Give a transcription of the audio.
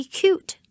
cute